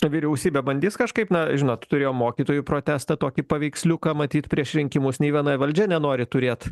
vyriausybė bandys kažkaip na žinot turėjo mokytojų protestą tokį paveiksliuką matyt prieš rinkimus nei vienoje valdžia nenori turėt